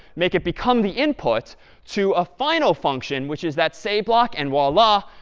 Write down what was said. make it become the input to a final function, which is that say block, and voila,